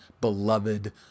beloved